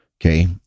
Okay